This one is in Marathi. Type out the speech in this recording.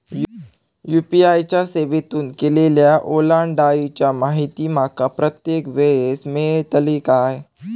यू.पी.आय च्या सेवेतून केलेल्या ओलांडाळीची माहिती माका प्रत्येक वेळेस मेलतळी काय?